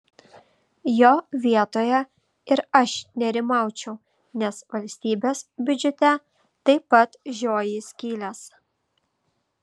jo vietoje ir aš nerimaučiau nes valstybės biudžete taip pat žioji skylės